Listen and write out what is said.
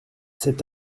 cet